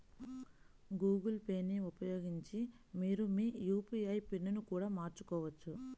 Google Pay ని ఉపయోగించి మీరు మీ యూ.పీ.ఐ పిన్ని కూడా మార్చుకోవచ్చు